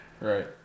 Right